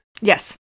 Yes